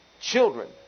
children